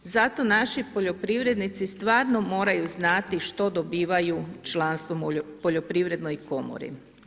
Zato naši poljoprivrednici stvarno moraju znati što dobivaju članstvom u Poljoprivrednoj komori.